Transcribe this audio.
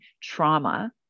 trauma